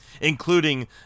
Including